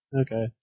Okay